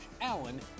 Allen